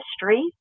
history